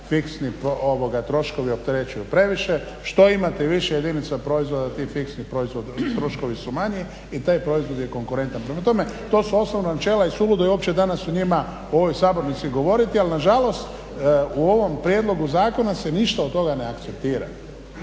fiksni troškovi opterećuju previše, što imate više jedinica proizvoda tih fiksnih ti troškovi su manji i taj proizvod je konkurentan. Prema tome, to su osnovna načela i suludo je uopće danas o njima u ovoj sabornici govoriti ali nažalost u ovom prijedlogu zakona se ništa od toga ne akcortira.